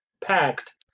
packed